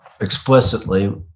explicitly